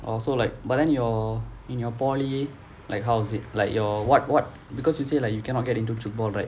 orh so like but then your in your polytechnic like how is it like your what what because you say like you cannot get into tchoukball right